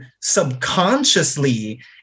subconsciously